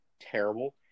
terrible